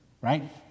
right